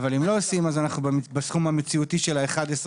אבל אם לא עושים אז אנחנו בסכום המציאותי של ה-11,000,